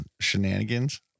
shenanigans